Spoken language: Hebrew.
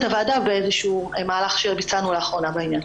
הוועדה באיזשהו מהלך שביצענו לאחרונה בעניין.